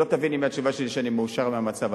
שלא תביני מהתשובה שלי שאני מאושר מהמצב,